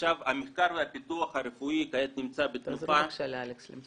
המחקר והפיתוח הרפואי כעת נמצא בתנופה